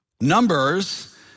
Numbers